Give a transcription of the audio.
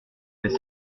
vais